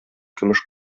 көмеш